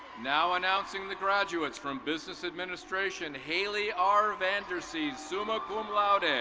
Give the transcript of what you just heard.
now announcing the graduates from business administration. haley r vandersea, summa cum laude.